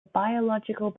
biological